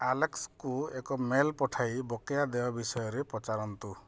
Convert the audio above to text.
ଆଲେକ୍ସକୁ ଏକ ମେଲ୍ ପଠାଇ ବକେୟା ଦେୟ ବିଷୟରେ ପଚାରନ୍ତୁ